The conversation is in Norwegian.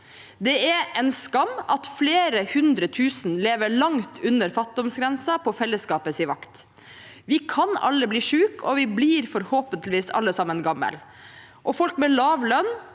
Det er en skam at flere hundre tusen lever langt under fattigdomsgrensen på fellesskapets vakt. Vi kan alle bli syke, og vi blir forhåpentligvis alle sammen gamle. Folk med lav lønn